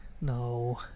No